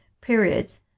periods